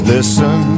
Listen